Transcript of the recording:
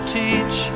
teach